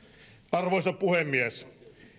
arvoisa puhemies